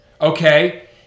okay